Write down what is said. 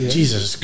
Jesus